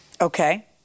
Okay